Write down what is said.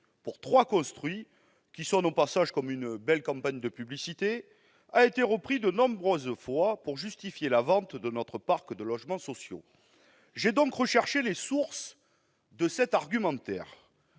pour trois construits -, qui sonne, au passage, comme une belle campagne de publicité, a été repris de nombreuses fois pour justifier la vente de notre parc de logements sociaux. J'ai donc recherché les sources de cet argument.